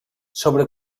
sobre